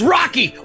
Rocky